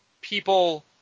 people